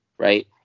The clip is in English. Right